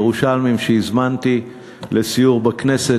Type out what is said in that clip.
ירושלמים שהזמנתי לסיור בכנסת,